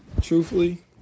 truthfully